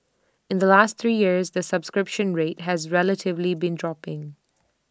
in the last three years the subscription rate has relatively been dropping